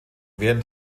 während